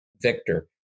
victor